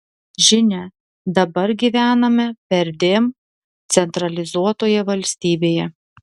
žinia dabar gyvename perdėm centralizuotoje valstybėje